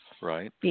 right